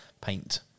paint